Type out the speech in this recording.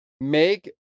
Make